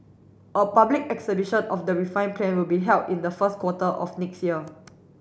a public exhibition of the refined plan will be held in the first quarter of next year